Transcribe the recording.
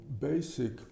basic